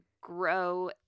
grow